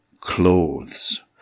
clothes